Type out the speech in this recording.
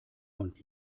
und